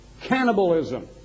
Cannibalism